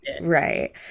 right